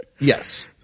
Yes